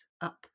up